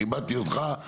כיבדתי אותך,